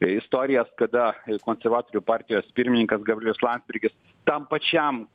istorijas kada konservatorių partijos pirmininkas gabrielius landsbergis tam pačiam